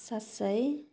सात सय